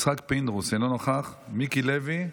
יצחק פינדרוס, אינו נוכח, מיקי לוי,